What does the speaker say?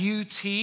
UT